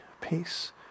peace